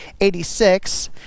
86